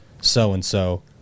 so-and-so